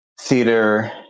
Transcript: theater